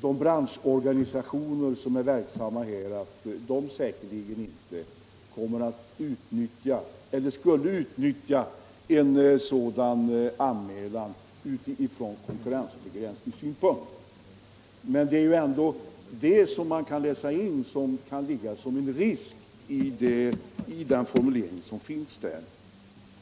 de branschorgen ganisationer som är verksamma här säkerligen inte skulle utnyttja möjligheten att göra sådan anmälan utifrån konkurrensbegränsningssynpunkt. Men det som kan läsas in i formuleringen kan ändå utgöra en viss risk.